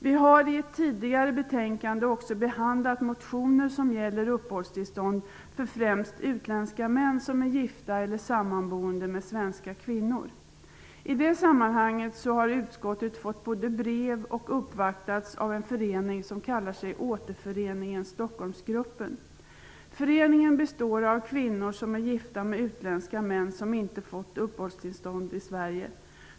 Vi har i ett tidigare betänkande också behandlat motioner som gäller uppehållstillstånd främst för utländska män som är gifta eller sammanboende med svenska kvinnor. I det sammanhanget har utskottet fått ta emot både brev och uppvaktning av en förening som kallar sig Återföreningen Föreningen består av kvinnor som är gifta med utländska män, vilka inte har fått uppehållstillstånd i Sverige.